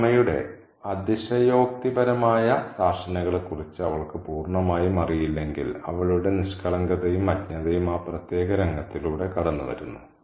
ഒരു അമ്മയുടെ അതിശയോക്തിപരമായ ശാസനകളെക്കുറിച്ച് അവൾക്ക് പൂർണ്ണമായും അറിയില്ലെങ്കിൽ അവളുടെ നിഷ്കളങ്കതയും അജ്ഞതയും ആ പ്രത്യേക രംഗത്തിലൂടെ കടന്നുവരുന്നു